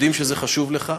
יודעים שזה חשוב לך.